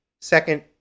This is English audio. second